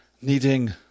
needing